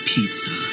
Pizza